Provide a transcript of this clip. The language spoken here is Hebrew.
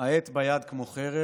העט ביד כמו חרב /